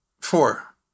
Four